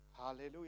Hallelujah